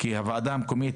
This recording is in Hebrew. כי הועדה המקומית,